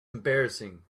embarrassing